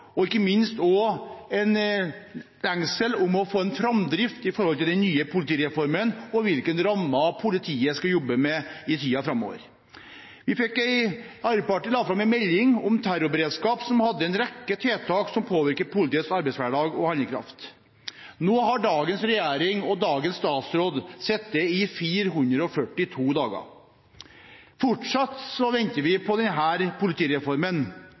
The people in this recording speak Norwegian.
og ikke minst også en lengsel etter å få en framdrift når det gjelder den nye politireformen og hvilke rammer politiet skal jobbe innenfor i tiden framover. Arbeiderpartiet la fram en melding om terrorberedskap som hadde en rekke tiltak som påvirker politiets arbeidshverdag og handlekraft. Nå har dagens regjering og dagens statsråd sittet i 442 dager. Fortsatt venter vi på denne politireformen. Det var snakk om at den